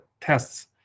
tests